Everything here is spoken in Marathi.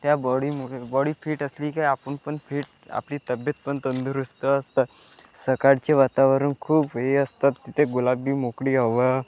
त्या बॉडीमुळे बॉडी फिट असली की आपण पण फिट आपली तब्येत पण तंदुरुस्त असतात सकाळचे वातावरण खूप हे असतात तिथे गुलाबी मोकळी हवा